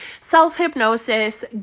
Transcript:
Self-hypnosis